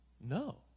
No